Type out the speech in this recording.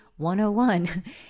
101